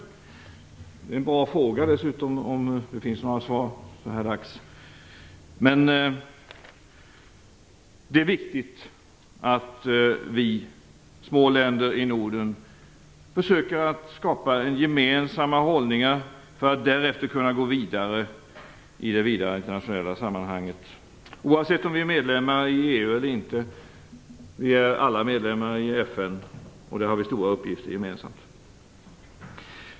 Den senare frågan är en bra fråga - återstår att se om det finns några svar så här dags. Det är viktigt att vi små länder i Norden försöker skapa en gemensam hållning för att därefter kunna fortsätta i ett vidare internationellt sammanhang. Oavsett om vi är medlemmar i EU eller inte, så är vi alla medlemmar i FN. Där har vi stora uppgifter gemensamt.